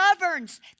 governs